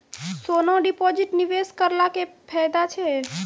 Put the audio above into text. सोना deposit निवेश करला से फैदा छै?